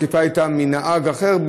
התקיפה הייתה של נהג אחר,